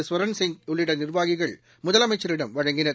ஸ்வரன் சிங் உள்ளிட்ட நிர்வாகிகள் முதலமைச்சரிடம் வழங்கினர்